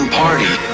party